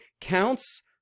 counts